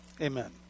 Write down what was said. amen